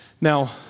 Now